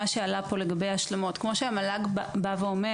שעלה פה לגבי השלמות כמו שהמל"ג אומר,